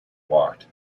walked